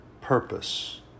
purpose